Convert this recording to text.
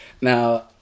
now